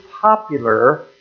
popular